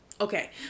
Okay